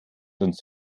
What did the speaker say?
uns